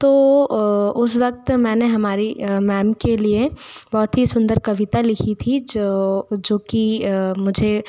तो उस वक्त मैंने हमारी मैम के लिए बहुत ही सुंदर कविता लिखी थी जो जो कि मुझे